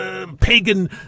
pagan